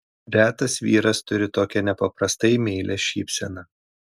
retas vyras turi tokią nepaprastai meilią šypseną